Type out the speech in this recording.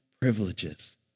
privileges